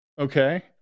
okay